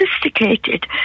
sophisticated